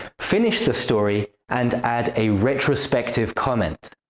finish the story and add a retrospective comment.